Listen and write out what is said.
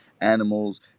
animals